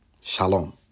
Shalom